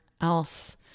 else